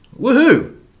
Woohoo